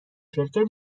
شرکت